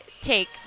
take